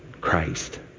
Christ